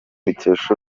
dukesha